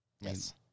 Yes